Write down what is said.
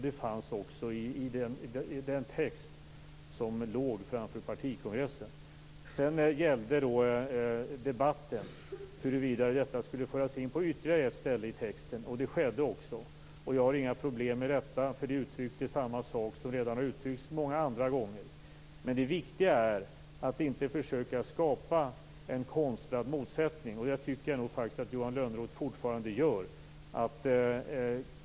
Det fanns också med i den text som låg inför partikongressen. Debatten gällde sedan huruvida detta skulle föras in på ytterligare ett ställe i texten. Det skedde också. Jag har inga problem med detta. Där uttrycktes samma sak som har uttryckts många andra gånger. Det viktiga är att inte försöka skapa en konstlad motsättning. Det tycker jag att Johan Lönnroth fortfarande gör.